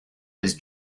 his